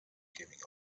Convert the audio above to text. giving